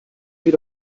geht